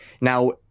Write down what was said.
now